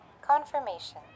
Confirmation